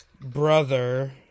brother